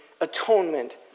atonement